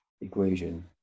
equation